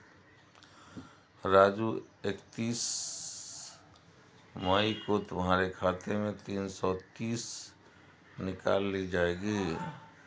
राजू इकतीस मई को तुम्हारे खाते से तीन सौ तीस निकाल ली जाएगी